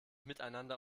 miteinander